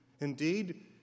Indeed